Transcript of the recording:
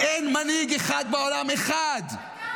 אין מנהיג אחד בעולם, אחד -- אתה המנהיג.